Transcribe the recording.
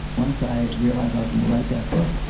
once i realized i was going to write that book,